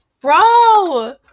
bro